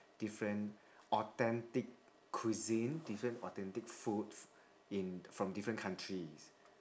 different authentic cuisine different authentic food in from different countries